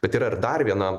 bet yra ir dar viena